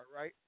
right